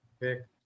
Pick